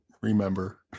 remember